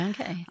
Okay